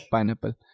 Pineapple